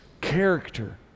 character